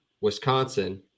Wisconsin